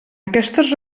aquestes